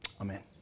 Amen